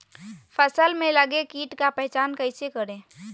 फ़सल में लगे किट का पहचान कैसे करे?